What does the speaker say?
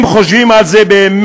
אם חושבים על זה באמת,